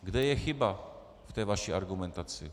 Kde je chyba v té vaší argumentaci?